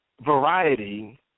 variety